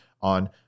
on